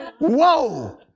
Whoa